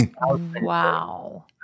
Wow